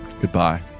Goodbye